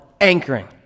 anchoring